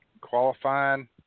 qualifying